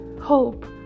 hope